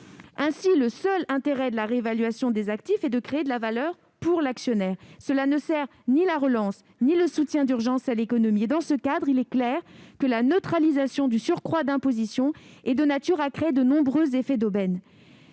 Ainsi, le seul intérêt de la réévaluation des actifs est de créer de la valeur pour l'actionnaire. Cela ne sert ni la relance ni le soutien d'urgence à l'économie. Dans ce cadre, il est clair que la neutralisation du surcroît d'imposition est de nature à créer de nombreux effets d'aubaine.